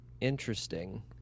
Interesting